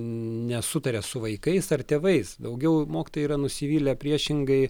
nesutaria su vaikais ar tėvais daugiau mokytojai yra nusivylę priešingai